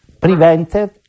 Prevented